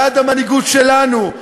בעד המנהיגות שלנו,